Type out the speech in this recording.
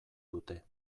dute